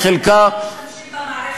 בגלל זה אתם לא משתמשים במערכת המשפטית.